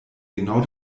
genau